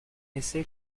essai